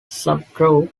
subgroup